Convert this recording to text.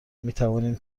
میتوانیم